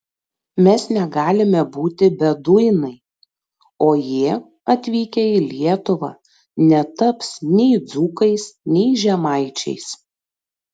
mes negalime būti beduinai o jie atvykę į lietuvą netaps nei dzūkais nei žemaičiais